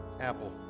Apple